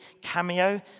Cameo